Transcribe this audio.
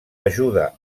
ajuda